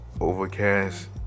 Overcast